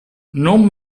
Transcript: non